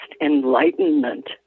Enlightenment